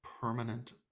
permanent